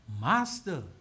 Master